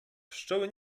pszczoły